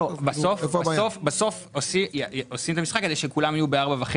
בסוף עושים את המשחק הזה שכולם יהיו ב-4.5